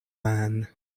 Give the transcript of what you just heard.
man